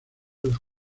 los